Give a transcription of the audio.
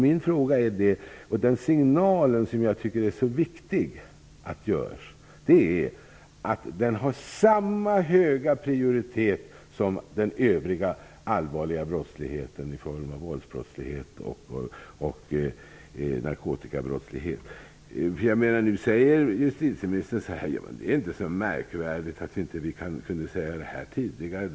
Men den signal som jag tycker är så viktig att den ges är att ekobrottslighet har samma höga prioritet som den övriga allvarliga brottsligheten i form av våldsbrottslighet och narkotikabrottslighet. Nu säger justitieministern: Jamen, det är inte så märkvärdigt att vi inte kunde säga det här tidigare.